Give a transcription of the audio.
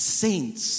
saints